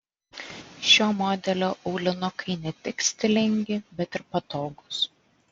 šio modelio aulinukai ne tik stilingi bet ir patogūs